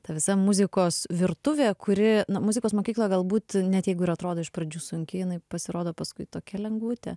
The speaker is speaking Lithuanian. ta visa muzikos virtuvė kuri na muzikos mokykla galbūt net jeigu ir atrodo iš pradžių sunki jinai pasirodo paskui tokia lengvutė